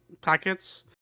packets